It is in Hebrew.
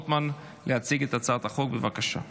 ומשפט לצורך הכנתה לקריאה השנייה והשלישית.